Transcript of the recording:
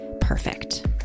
perfect